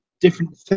different